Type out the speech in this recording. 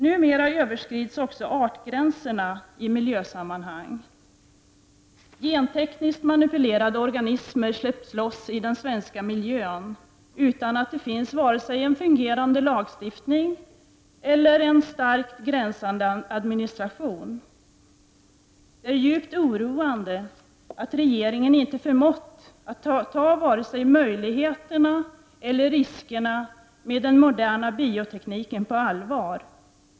Numera överskrids också artgränserna i miljösammanhang. Gentekniskt manipulerade organismer släpps loss i den svenska miljön utan att det finns vare sig en fungerande lagstiftning eller en starkt granskande administration. Det är djupt oroande att regeringen inte har förmått att ta vare sig möjligheterna eller riskerna med den moderna biotekniken på allvar.